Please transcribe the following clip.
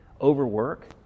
overwork